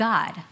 God